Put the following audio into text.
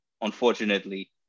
unfortunately